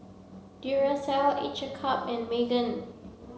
Duracell Each a cup and Megan